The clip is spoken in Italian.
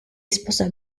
sposa